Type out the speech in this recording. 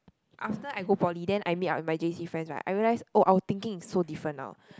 after I go poly then I meet our my j_c friends right I realize oh our thinking is so different now